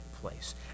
place